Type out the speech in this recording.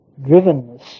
drivenness